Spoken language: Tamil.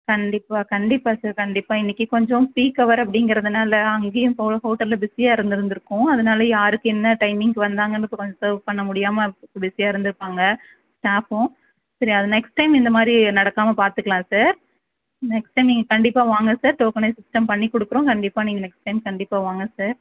கண்டிப்பாக கண்டிப்பாக சார் கண்டிப்பாக இன்னிக்கு கொஞ்சம் பீக் அவர் அப்படிங்கிறதுதுனால அங்கேயும் இ ஹோட்டலில் பிஸியாக இருந்திருந்துருக்கும் அ அதனால் யாருக்கும் என்ன டைமிங்க் வந்தாங்கங்றது கொஞ்சம் சர்வ் பண்ண முடியாமல் இ பிஸியாக இருந்திருப்பாங்க ஸ்டாஃபும் சரி அது நெக்ஸ்ட் டைம் இந்த மாதிரி நடக்காமல் பார்த்துக்கலாம் சார் நெக்ஸ்ட் டைம் நீங்கள் கண்டிப்பாக வாங்க சார் டோக்கனைஸ்ட் சிஸ்டம் பண்ணி கொடுக்குறோம் கண்டிப்பாக நீங்கள் நெக்ஸ்ட் டைம் கண்டிப்பாக வாங்க சார்